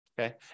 Okay